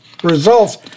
Results